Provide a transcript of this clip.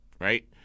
Right